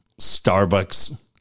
Starbucks